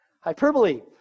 hyperbole